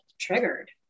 triggered